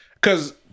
cause